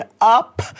up